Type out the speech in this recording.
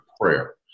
prayer